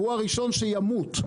והוא הראשון שימות,